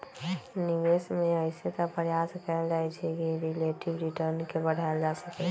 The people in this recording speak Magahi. निवेश में अइसे तऽ प्रयास कएल जाइ छइ कि रिलेटिव रिटर्न के बढ़ायल जा सकइ